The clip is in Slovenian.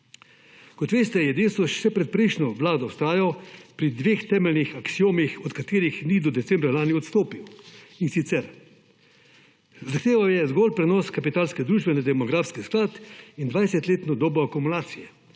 Kot veste, je Desus še pred prejšnjo Vlado vztrajal pri dveh temeljnih aksiomih, od katerih ni do decembra lani odstopil. In sicer, zahteval je zgolj prenos Kapitalske družbe na demografski sklad in 20-letno dobo akumulacije,